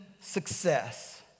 success